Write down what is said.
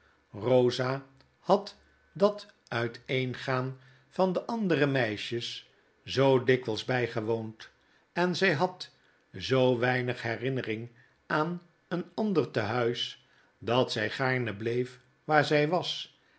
rosa had dat uiteengaan van de andere meisjes zoo dikwijls bggewoond en zj had zoo weinig herinnering aan een ander te huis dat zij gaarne bleef waar z was